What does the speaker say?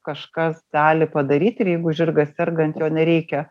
kažkas gali padaryt ir jeigu žirgas serga ant jo nereikia